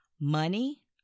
money